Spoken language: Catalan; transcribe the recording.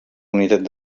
unitat